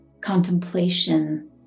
contemplation